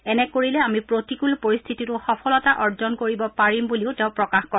এনে কৰিলে আমি প্ৰতিকূল পৰিস্থিতিতো সফলতা অৰ্জন কৰিব পাৰিম বুলিও তেওঁ প্ৰকাশ কৰে